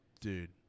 dude